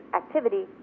activity